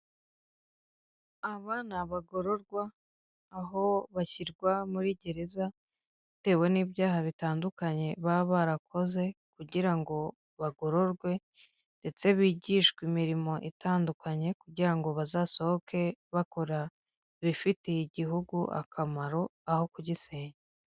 Aba ni abagororwa, aho bashyirwa muri gereza bitewe n'ibyaha bitandukanye baba barakoze kugira ngo bagororwe ndetse bigishwe imirimo itandukanye, kugira ngo bazasohoke bakora ibifitiye igihugu akamaro aho kugisenya.